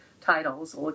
titles